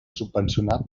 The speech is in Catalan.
subvencionar